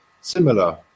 similar